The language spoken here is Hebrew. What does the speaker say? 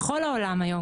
בכל העולם היום,